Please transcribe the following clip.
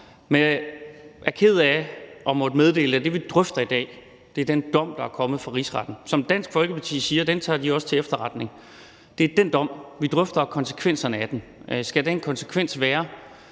men jeg er ked af at måtte meddele, at det, vi drøfter i dag, er den dom, der er kommet fra Rigsretten, som Dansk Folkeparti siger de også tager til efterretning. Det er den dom og konsekvenserne af den, vi drøfter. Skal den konsekvens som